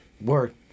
Word